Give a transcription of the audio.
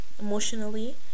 emotionally